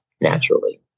naturally